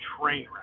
train